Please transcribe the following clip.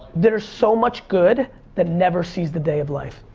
there's so much good that never sees the day of life.